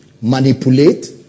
Manipulate